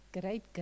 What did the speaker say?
great